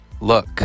look